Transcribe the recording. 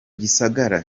gisagara